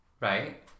right